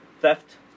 theft